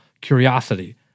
curiosity